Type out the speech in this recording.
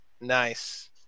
Nice